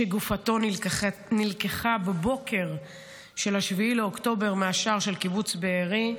שגופתו נלקחה בבוקר של 7 באוקטובר מהשער של קיבוץ בארי.